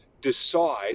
decide